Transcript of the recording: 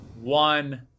one